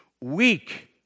weak